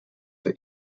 for